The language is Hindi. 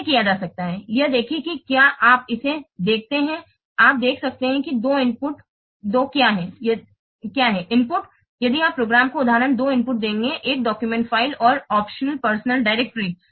कैसे किया जा सकता है यह देखें कि क्या आप इसे देखते हैं आप देख सकते हैं कि 2 इनपुट 2 क्या हैं इनपुट्स यदि आप प्रोग्राम को उदाहरण 2 इनपुट देखेंगे एक डॉक्यूमेंट फाइल और ऑप्शनल पर्सनल डायरेक्टरी